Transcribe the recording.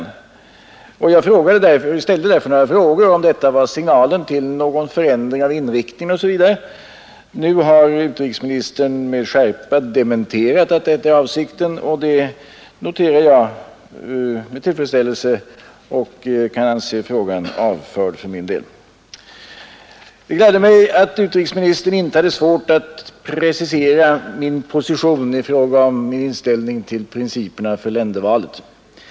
Jag ställde därför frågan, om detta var signalen till någon förändring av inriktningen osv. Nu har utrikesministern med skärpa dementerat att detta inte var avsikten. Det noterar jag med tillfredsställelse och kan för min del anse frågan avförd. Det gladde mig att utrikesministern inte hade svårt att precisera min position i fråga om inställningen till principerna för ländervalet.